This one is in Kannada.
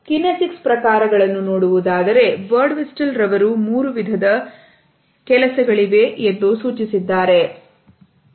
ಕಿನೆಸಿಕ್ಸ್ ಪ್ರಕಾರಗಳನ್ನು ನೋಡುವುದಾದರೆ ಬರ್ಡ್ ಮಿಸ್ಟರ್ ರವರು ಮೂರು ವಿಧದ ಕೆಲಸಗಳಿವೆ ಎಂದು ಸೂಚಿಸಿದ್ದಾರೆ